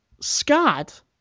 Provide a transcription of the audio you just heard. Scott